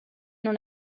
non